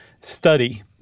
study